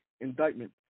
indictment